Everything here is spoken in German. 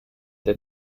der